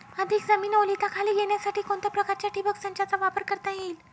अधिक जमीन ओलिताखाली येण्यासाठी कोणत्या प्रकारच्या ठिबक संचाचा वापर करता येईल?